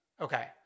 Okay